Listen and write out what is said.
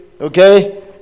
okay